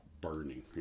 burning